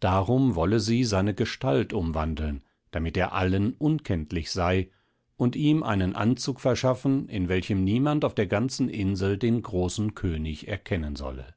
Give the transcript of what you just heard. darum wolle sie seine gestalt umwandeln damit er allen unkenntlich sei und ihm einen anzug verschaffen in welchem niemand auf der ganzen insel den großen könig erkennen solle